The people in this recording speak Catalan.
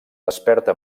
desperta